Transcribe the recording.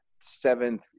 seventh